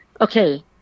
okay